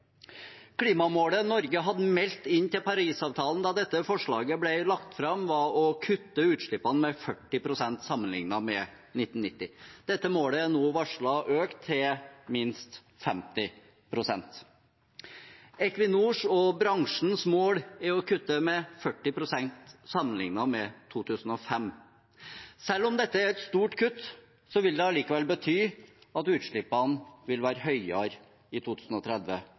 Klimamålet Norge hadde meldt inn i forbindelse med Parisavtalen, da dette forslaget ble lagt fram, var å kutte utslippene med 40 pst. sammenliknet med 1990. Dette målet er det nå varslet skal økes til minst 50 pst. Equinors og bransjens mål er å kutte med 40 pst. sammenliknet med 2005. Selv om det er et stort kutt, vil det likevel bety at utslippene vil være høyere i 2030